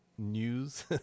news